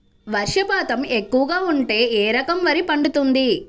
వర్షపాతం ఎక్కువగా ఉంటే ఏ రకం వరి పండుతుంది?